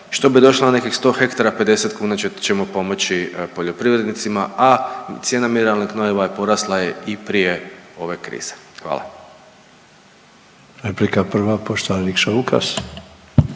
što bi došlo na nekih 100 hektara 50 kuna ćemo pomoći poljoprivrednicima, a cijena mineralnih gnojiva porasla je i prije ove krize. Hvala. **Sanader, Ante